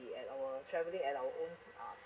be at our travelling at our own uh